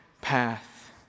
path